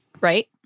right